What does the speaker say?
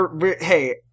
hey